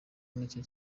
nicyo